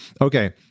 Okay